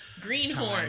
greenhorn